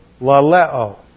laleo